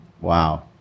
Wow